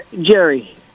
Jerry